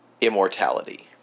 immortality